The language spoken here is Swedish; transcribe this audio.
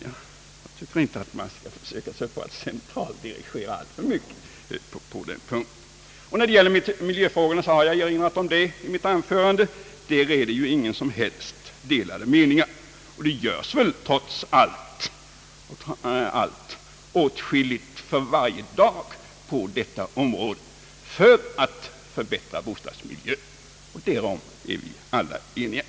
Jag tycker inte att man skall försöka sig på att centraldirigera alltför mycket på den punkten. Beträffande miljöfrågorna är det — det har jag också erinrat om tidigare i mitt anförande — inga som helst delade meningar. Trots allt görs det för varje dag åtskilligt på detta område för att förbättra bostadsmiljön. Därom är vi alla eniga.